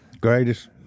greatest